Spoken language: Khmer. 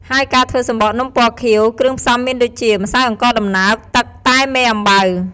ហើយការធ្វើសំបកនំពណ៌ខៀវ គ្រឿងផ្សំមានដូចជា ម្សៅអង្ករដំណើប ទឹក តែមេអំបៅ។